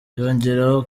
yongeraho